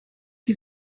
die